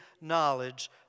knowledge